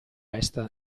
est